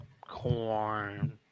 corn